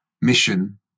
mission